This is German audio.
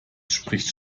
spricht